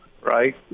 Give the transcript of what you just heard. right